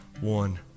one